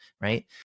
right